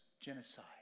Genocide